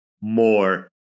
more